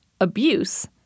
abuse